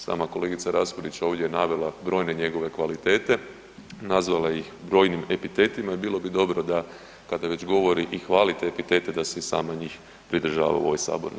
Sama kolegica Raspudić je ovdje navela brojne njegove kvalitete, nazvala ih brojnim epitetima i bilo bi dobro da kada već govori i hvali te epitete da se i sama njih pridržava u ovoj sabornici.